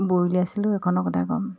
বৈ উলিয়াইছিলোঁ সেইখনৰ কথাই কম